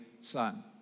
son